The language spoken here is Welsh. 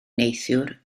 neithiwr